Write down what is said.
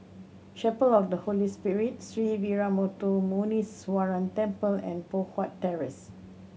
Chapel of the Holy Spirit Sree Veeramuthu Muneeswaran Temple and Poh Huat Terrace